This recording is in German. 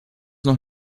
noch